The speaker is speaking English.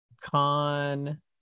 Con